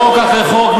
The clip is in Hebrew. חוק אחרי חוק,